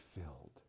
filled